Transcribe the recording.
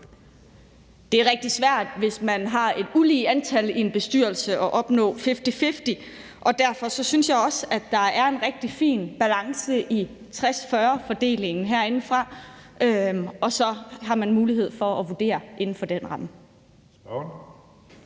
Det er rigtig svært, hvis man har et ulige antal i en bestyrelse at opnå en fifty-fifty-fordeling. Derfor synes jeg også, at der er en rigtig fin balance i 60-40-fordelingen herindefra, og så har man mulighed for at vurdere det inden for den ramme.